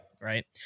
right